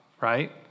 right